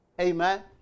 Amen